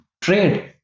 Trade